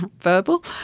verbal